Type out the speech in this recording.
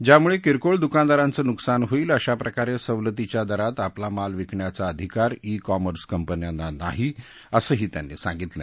ज्यामुळे किरकोळ दुकानदारांच नुकसान होईल अशा प्रकारे सवलतीच्या दरात आपला माल विकण्याचा अधिकार ई कॉमर्स कंपन्यांना नाही असंही त्यांनी सांगितलं